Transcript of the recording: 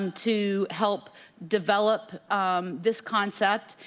to help develop um this concept,